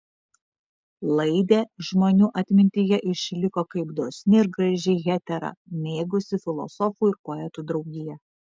laidė žmonių atmintyje išliko kaip dosni ir graži hetera mėgusi filosofų ir poetų draugiją